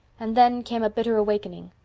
and then came a bitter awakening.